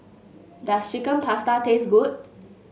does Chicken Pasta taste good